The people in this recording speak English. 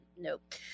Nope